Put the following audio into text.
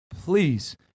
please